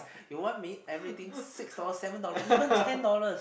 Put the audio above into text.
you want meat everything six dollars seven dollars even ten dollars